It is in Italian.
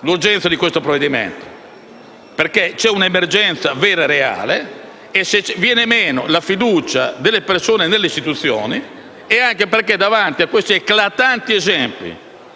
l'urgenza di esaminare questo provvedimento, perché l'emergenza è vera e reale e se viene meno la fiducia delle persone nelle istituzioni, è anche perché, davanti agli esempi eclatanti che